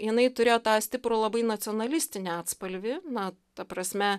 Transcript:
jinai turėjo tą stiprų labai nacionalistinį atspalvį na ta prasme